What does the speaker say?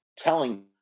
telling